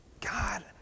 God